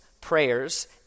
prayers